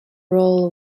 roll